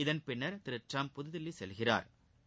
இதன் பின்னா் திரு ட்டிரம்ப் புதுதில்லி செல்கிறாா்